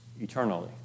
eternally